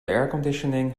airconditioning